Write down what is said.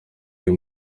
uyu